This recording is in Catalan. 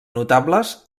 notables